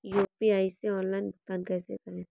UPI से online भुगतान कैसे करें?